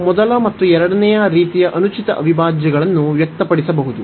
ನಾವು ಮೊದಲ ಮತ್ತು ಎರಡನೆಯ ರೀತಿಯ ಅನುಚಿತ ಅವಿಭಾಜ್ಯಗಳನ್ನು ವ್ಯಕ್ತಪಡಿಸಬಹುದು